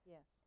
Yes